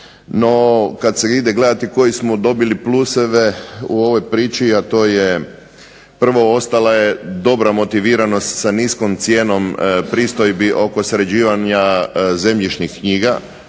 kad se ide gledati koji smo dobili pluseve u ovoj priči, a to je prvo ostala je dobra motiviranost sa niskom cijenom pristojbi oko sređivanja zemljišnih knjiga.